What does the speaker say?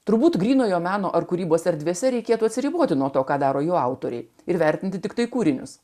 turbūt grynojo meno ar kūrybos erdvėse reikėtų atsiriboti nuo to ką daro jų autoriai ir vertinti tiktai kūrinius